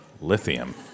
Lithium